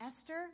Esther